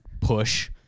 push